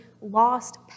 lost